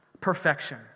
Perfection